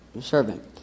servant